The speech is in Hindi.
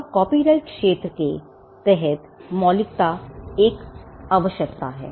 अब कॉपीराइट क्षेत्र के तहत मौलिकता एक आवश्यकता है